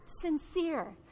sincere